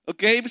Okay